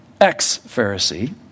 ex-Pharisee